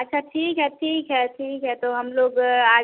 अच्छा ठीक है ठीक है ठीक है तो हम लोग आ